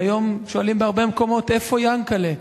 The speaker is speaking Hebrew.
והיום שואלים בהרבה מקומות: איפה יענקל'ה?